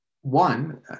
One